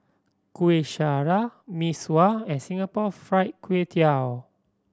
Kuih Syara Mee Sua and Singapore Fried Kway Tiao